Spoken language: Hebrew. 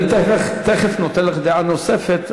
אני תכף נותן לך דעה נוספת,